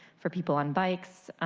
for people on bikes.